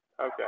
Okay